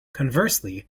conversely